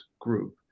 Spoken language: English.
group